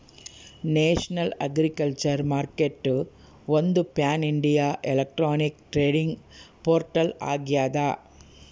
national agriculture ಮಾರ್ಕೆಟ್ಒಂದು pan India electronic trading portal ಆಗ್ಯದ